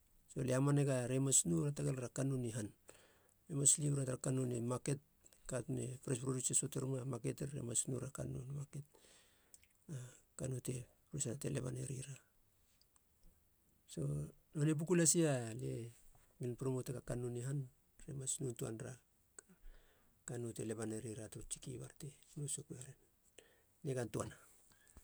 So lie hamanega re mas nou hatagalera kannou ni han ne mas lib ra tara kannou ni maket kannou e pres. Söate ruma maketin mas noura kannou ni maket na kannou te huser te leba narira. So nonei puku lasi a lie ngilin promotega kannou ni han mas noun töa nera kannou te leba narira turu tsiktsiki bate nou sokue ren, nigan töana.